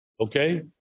Okay